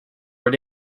were